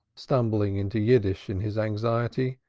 stumbling into yiddish in his anxiety.